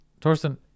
Torsten